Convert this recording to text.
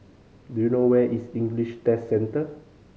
do you know where is English Test Centre